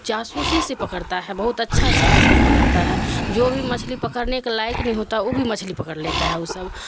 چاسوسی سے پکڑتا ہے بہت اچھا اچھا مچھلی پکڑتا ہے جو بھی مچھلی پکڑنے کا لائک نہیں ہوتا وہ بھی مچھلی پکڑ لیتا ہے وہ سب